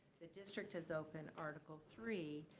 the district has opened article three,